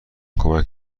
کمک